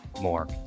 more